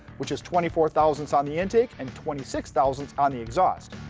which is twenty four thousandths on the intake and twenty six thousandths on the exhaust.